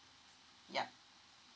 yup